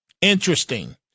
Interesting